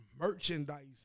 merchandise